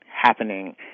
happening